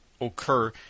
occur